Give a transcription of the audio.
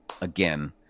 Again